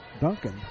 Duncan